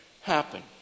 happen